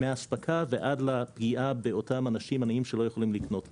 מהאספקה ועד לפגיעה באותם אנשים עניים שלא יכולים לקנות מזון,